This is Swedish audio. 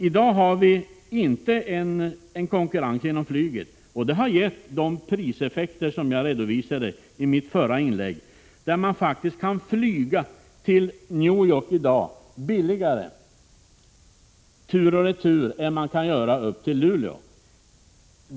I dag har vi inte konkurrens inom flyget, och det har gett de priseffekter som jag redovisade i mitt förra inlägg. Man kan i dag flyga Stockholm — New York tur och retur billigare än Stockholm—-Luleå.